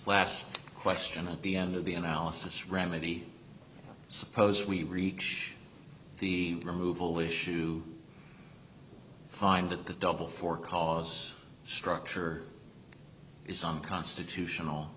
last question at the end of the analysis remedy suppose we reach the removal issue find that the double for cause structure is unconstitutional